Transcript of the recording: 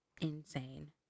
insane